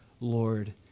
Lord